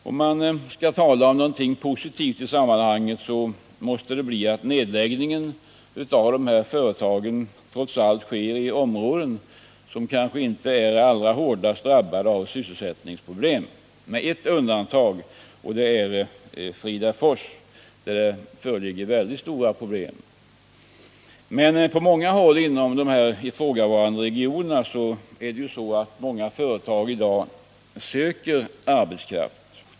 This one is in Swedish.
Om man skall tala om något positivt i sammanhanget är det att nedläggningen av dessa företag trots allt sker i områden som inte är allra hårdast drabbade av sysselsättningsproblem — med ett undantag. nämligen Fridafors. där det föreligger stora problem. På många håll inom ifragavarande regioner söker företag arbetskraft.